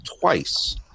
twice